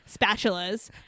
Spatulas